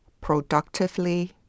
productively